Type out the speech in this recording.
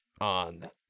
on